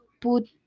put